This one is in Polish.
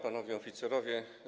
Panowie Oficerowie!